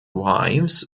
wives